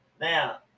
Now